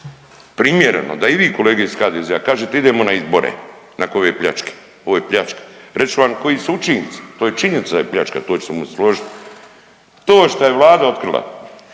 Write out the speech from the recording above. primjereno da i vi kolege iz HDZ-a kažete idemo na izbore nakon ove pljačke. Ovo je pljačka. Reći ću vam koji su učinci. To je činjenica da je pljačka, to ćemo se složiti. To što je Vlada otkrila,